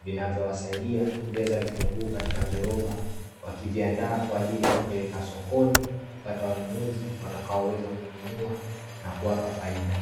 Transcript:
vinavyowasaidia kujaza vitunguu katika viroba, wakiviandaa kwa ajili ya kupeleka sokoni kupata wanunuzi watakaoweza kununua na kuwapa faida.